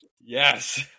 yes